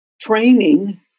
training